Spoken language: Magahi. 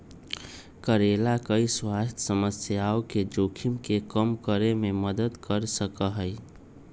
करेला कई स्वास्थ्य समस्याओं के जोखिम के कम करे में मदद कर सका हई